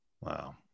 Wow